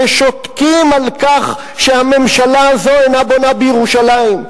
ששותקים על כך שהממשלה הזאת אינה בונה בירושלים.